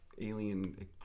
alien